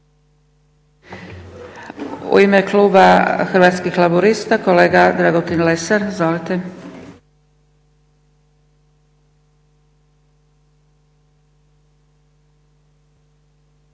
U ime Kluba Hrvatskih laburista, kolega Dragutin Lesar. Izvolite.